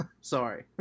Sorry